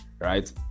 right